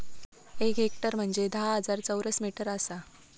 एक हेक्टर म्हंजे धा हजार चौरस मीटर आसा